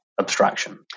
abstraction